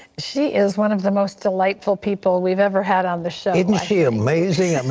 she is one of the most delightful people we've ever had on the show. is and she amazing?